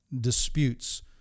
disputes